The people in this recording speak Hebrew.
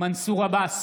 מנסור עבאס,